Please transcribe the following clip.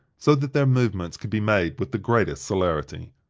so that their movements could be made with the greatest celerity.